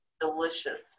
delicious